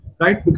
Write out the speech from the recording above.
right